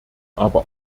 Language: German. aber